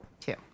Two